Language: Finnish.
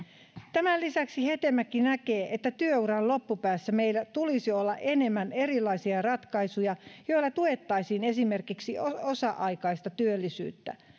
tämän lisäksi hetemäki näkee että työuran loppupäässä meillä tulisi olla enemmän erilaisia ratkaisuja joilla tuettaisiin esimerkiksi osa aikaista työllisyyttä